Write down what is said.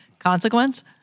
Consequence